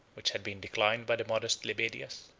which had been declined by the modest lebedias,